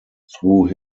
through